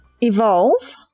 Evolve